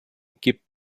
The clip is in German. gibt